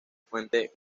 fuente